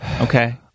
okay